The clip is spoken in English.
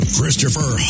Christopher